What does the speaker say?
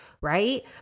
right